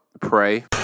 pray